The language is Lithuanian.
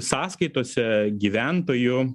sąskaitose gyventojų